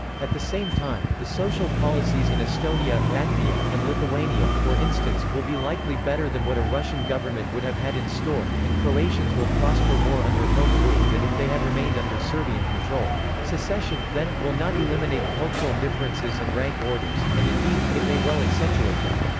at the same time, the social policies in estonia, latvia, and lithuania, for instance, will be likely better than what a russian government would have had in store, and croatians will prosper more under home-rule than if they had remained under serbian control. secession, then, will not eliminate cultural differences and rank orders and indeed, it may well accentuate them.